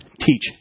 teach